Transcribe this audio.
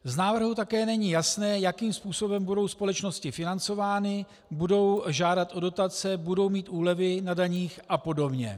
Z návrhu také není jasné, jakým způsobem budou společnosti financovány, budou žádat o dotace, budou mít úlevy na daních a podobně.